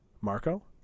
Marco